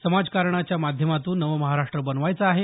समाजकारणाच्या माध्यमातून नवमहाराष्ट्र बनवायचा आहे